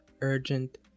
urgent